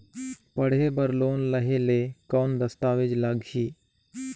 पढ़े बर लोन लहे ले कौन दस्तावेज लगही?